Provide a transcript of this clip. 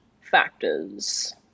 factors